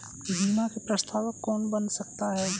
बीमा में प्रस्तावक कौन बन सकता है?